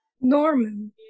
Norman